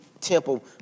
temple